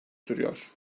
duruyor